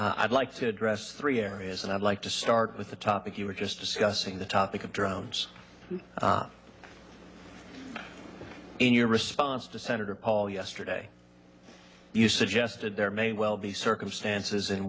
joking i'd like to address three areas and i'd like to start with the topic you were just discussing the topic of drones in your response to senator paul yesterday you suggested there may well be circumstances in